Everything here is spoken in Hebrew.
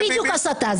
אש"ף?